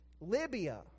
Libya